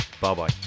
Bye-bye